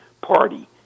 party